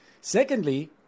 Secondly